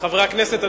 חברי הכנסת,